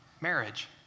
marriage